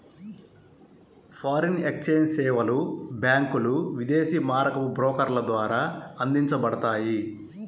foreign exchange సేవలు బ్యాంకులు, విదేశీ మారకపు బ్రోకర్ల ద్వారా అందించబడతాయి